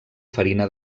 farina